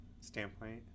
standpoint